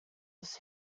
his